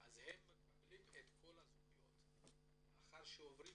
אז הם מקבלים את כל הזכויות לאחר שעוברים